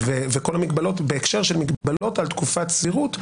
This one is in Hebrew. בהקשר של מגבלות על תקופת סבירות,